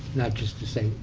not just to say,